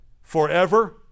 Forever